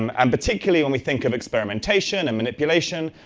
um um particularly when we think of experimentation and manipulation,